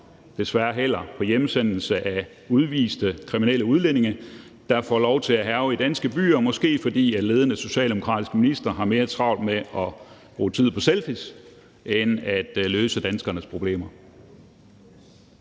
en løsning på hjemsendelse af udviste kriminelle udlændinge, der får lov til at hærge i danske byer, måske fordi de ledende socialdemokratiske ministre har mere travlt med at bruge tid på selfies end at løse danskernes problemer.